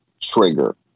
trigger